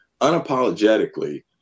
unapologetically